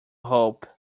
hope